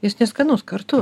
jis neskanus kartu